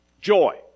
Joy